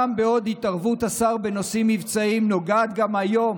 בעוד התערבות השר בנושאים מבצעיים נוגעת גם היום